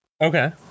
Okay